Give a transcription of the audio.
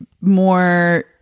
more